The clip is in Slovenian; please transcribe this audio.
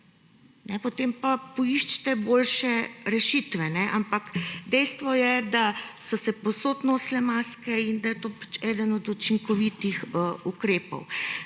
Potem pa poiščite boljše rešitve. Ampak dejstvo je, da so se povsod nosile maske in da je to eden od učinkovitih ukrepov.